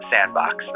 Sandbox